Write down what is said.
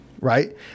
right